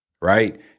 right